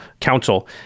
Council